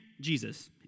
Jesus